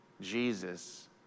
Jesus